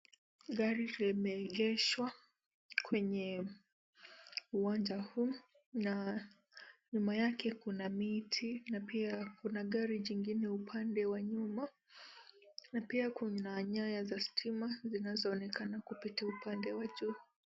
Gari limegeshWa kwenye uwanja huu. Na nyuma yake kuna miti na pia kuna gari jingine upande wa nyuma. Na pia kuna nyaya za stima zinazoonekana kupita upande wa juu.